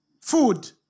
food